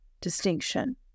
distinction